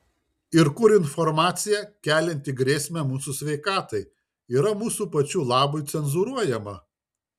ir kur informacija kelianti grėsmę mūsų sveikatai yra mūsų pačių labui cenzūruojama